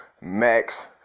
max